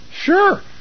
Sure